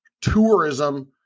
tourism